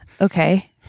Okay